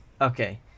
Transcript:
Okay